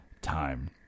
time